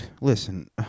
Listen